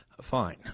fine